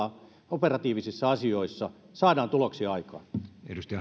operatiivisissa asioissa saadaan tuloksia aikaan